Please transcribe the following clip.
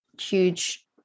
huge